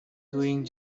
doing